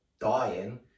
dying